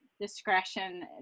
discretion